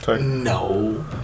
No